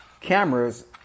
cameras